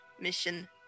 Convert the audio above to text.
mission